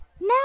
Now